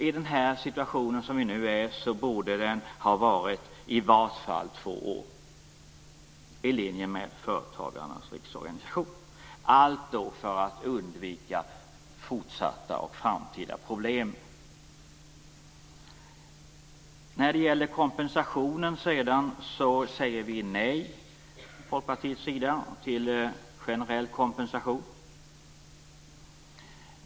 I den situation vi nu är i borde den i varje fall ha varit två år, i linje med Företagarnas riksorganisations uppfattning, för att undvika framtida problem. Vi säger från Folkpartiets sida nej till generell kompensation.